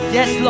Yes